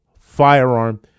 firearm